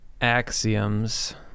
axioms